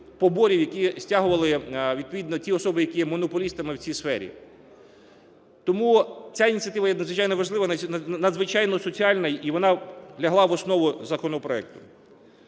поборів, які стягували відповідно ті особи, які є монополістами в цій сфері. Тому ця ініціатива є надзвичайно важлива, надзвичайно соціальна, і вона лягла в основу законопроекту.